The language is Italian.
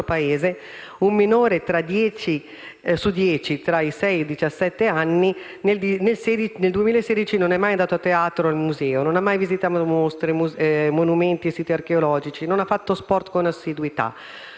un minore su 10, tra i sei e i diciassette anni, nel 2016 non è mai andato al teatro o ad un museo, non ha mai visitato mostre, monumenti e siti archeologici, non ha fatto sport con assiduità.